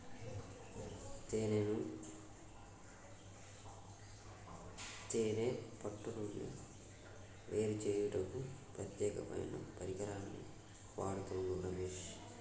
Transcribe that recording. తేనెను తేనే పట్టు నుండి వేరుచేయుటకు ప్రత్యేకమైన పరికరాన్ని వాడుతుండు రమేష్